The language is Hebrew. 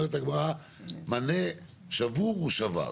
אומרת הגמרא מנה שבור הוא שבר.